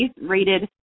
rated